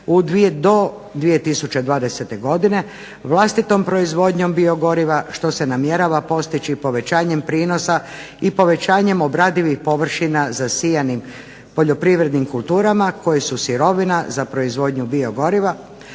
do 2020. godine vlastitom proizvodnjom biogoriva što se namjerava postići povećanjem prinosa i povećanjem obradivih površina zasijanim poljoprivrednim kulturama koje su sirovina za proizvodnju biogoriva,